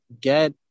get